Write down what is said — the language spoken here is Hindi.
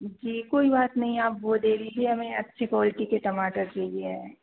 जी कोई बात नहीं आप वह दे दीजिए हमें अच्छी क्वाॅलटी के टमाटर चाहिए है